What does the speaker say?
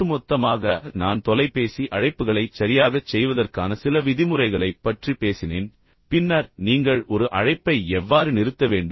ஒட்டுமொத்தமாக நான் தொலைபேசி அழைப்புகளைச் சரியாகச் செய்வதற்கான சில விதிமுறைகளைப் பற்றி பேசினேன் பின்னர் நீங்கள் ஒரு அழைப்பை எவ்வாறு நிறுத்த வேண்டும்